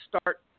start